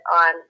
on